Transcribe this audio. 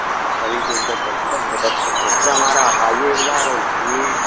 हाँ सभी कि इज्जत करते हैं सर बहुत अच्छा क्षेत्र है हमारा आप आइए एक बार और घूमिए